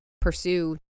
pursue